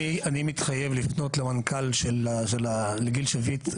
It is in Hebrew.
אני מתחייב לפנות לגיל שביט,